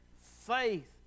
faith